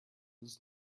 was